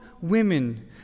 women